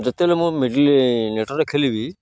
ଯେତେବେଳେ ମୁଁ ମିଡ଼ିଲ୍ ନେଟ୍ରେ ଖେଳିବି